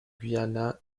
guyana